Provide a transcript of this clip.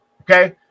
okay